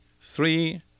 three